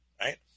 right